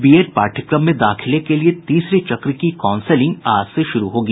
B.Ed पाठ्यक्रम में दाखिले के लिये तीसरे चक्र की काउंसेलिंग आज से शुरू होगी